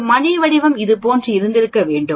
ஒரு மணி வடிவம் இதுபோன்று இருந்திருக்க வேண்டும்